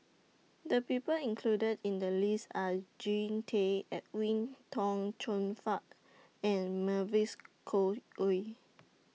The People included in The list Are Jean Tay Edwin Tong Chun Fai and Mavis Khoo Oei